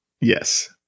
Yes